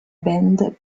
band